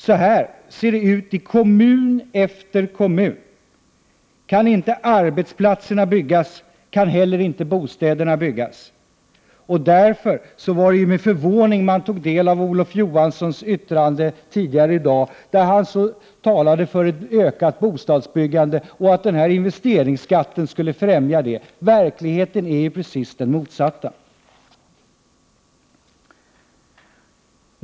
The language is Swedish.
Så här ser det ut i kommun efter kommun. Kan inte arbetsplatserna byggas, kan inte heller bostäderna byggas. Med hänsyn till detta var det med förvåning man kunde ta del av Olof Johanssons yttrande tidigare i dag. Han talade för ett ökat bostadsbyggande och sade att investeringsskatten skulle främja det. I verkligheten råder precis motsatt förhållande.